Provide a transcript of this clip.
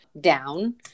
down